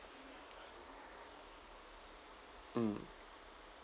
mm